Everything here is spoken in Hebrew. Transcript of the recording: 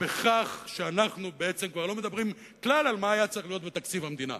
בכך שאנחנו בעצם כבר לא מדברים כלל על מה היה צריך להיות בתקציב המדינה,